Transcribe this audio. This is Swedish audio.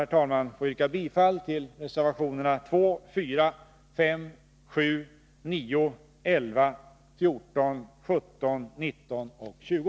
Jag ber att få yrka bifall till reservationerna 2, 4, 5,7, 9, 11, 14, 17, 19 och 20.